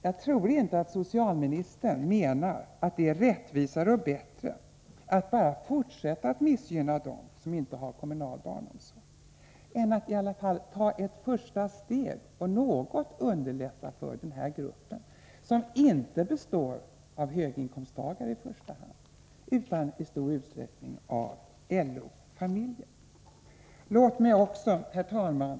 Jag tror inte att socialministern menar att det är rättvisare och bättre att bara fortsätta att missgynna dem som inte har kommunal barnomsorg än att i alla fall ta ett första steg och underlätta något för denna grupp, som inte består av höginkomsttagare i första hand, utan i stor utsträckning av LO-familjer och flerbarnsfamiljer. Herr talman!